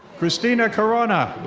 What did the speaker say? cristina caronna.